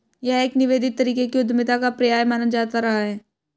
यह एक निवेदित तरीके की उद्यमिता का पर्याय माना जाता रहा है